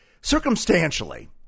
circumstantially